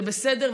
זה בסדר,